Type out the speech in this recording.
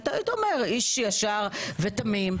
אתה אומר איש ישר ותמים,